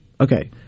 Okay